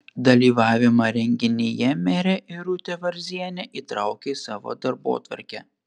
dalyvavimą renginyje merė irutė varzienė įtraukė į savo darbotvarkę